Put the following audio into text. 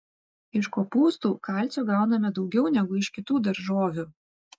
iš kopūstų kalcio gauname daugiau negu iš kitų daržovių